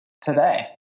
today